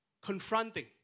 Confronting